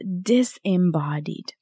disembodied